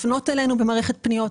לפנות אלינו במערכת פניות.